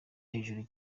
hejuru